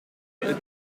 était